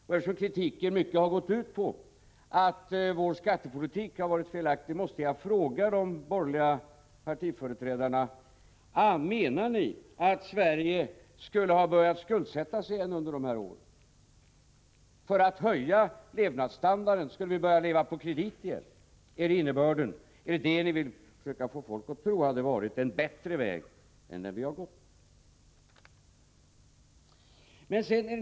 Eftersom kritiken mycket har gått ut på att vår skattepolitik har varit felaktig, måste jag fråga företrädarna för de borgerliga partierna: Menar ni att Sverige skulle ha börjat skuldsätta sig igen under de här åren? Skulle vi ha börjat leva på kredit igen för att höja levnadsstandarden? Är det vad ni vill försöka få folket att tro hade varit en bättre väg än den vi har gått?